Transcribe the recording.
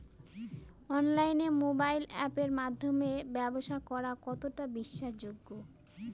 অনলাইনে মোবাইল আপের মাধ্যমে ব্যাবসা করা কতটা বিশ্বাসযোগ্য?